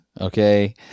okay